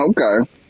Okay